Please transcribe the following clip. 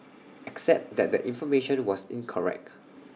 except that the information was incorrect